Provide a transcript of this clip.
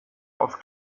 auf